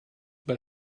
but